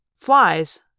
Flies